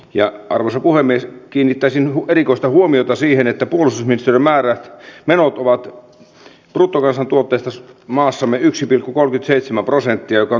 mutta arvoisa puhemies haluan tässä yhteydessä kiinnittää huomion siihen että meillä on tässä salissa noussut sellainen ikävä tapa että perustuslailla ja perusoikeuksilla on alettu politikoida